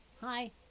Hi